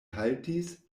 haltis